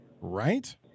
Right